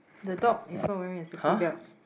the dog is not wearing a safety belt